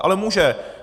Ale může.